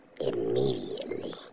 immediately